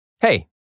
Hey